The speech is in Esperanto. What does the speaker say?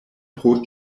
pro